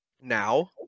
Now